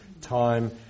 time